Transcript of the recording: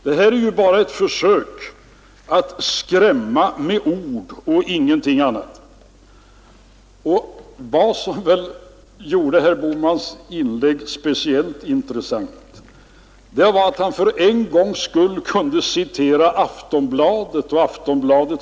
Nej, detta är bara ett försök att skrämma med ord och ingenting annat. Vad som gjorde herr Bohmans inlägg speciellt intressant var att han för en gångs skull kunde citera Aftonbladet och dess ledare.